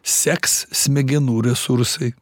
seks smegenų resursai